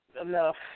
enough